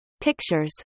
pictures